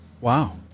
Wow